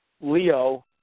Leo